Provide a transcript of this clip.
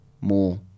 more